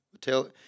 Tell